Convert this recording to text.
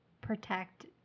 protect